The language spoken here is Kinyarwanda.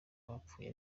bapfuye